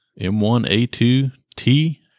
M1A2T